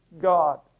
God